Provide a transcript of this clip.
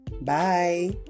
bye